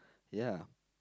ya